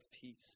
peace